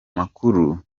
makuru